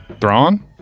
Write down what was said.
Thrawn